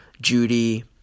Judy